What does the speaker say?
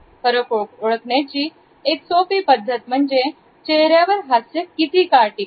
फरक ओळखण्याची एक सोपी पद्धत म्हणजे चेहऱ्यावर हास्य किती काळ टिकते